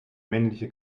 männliche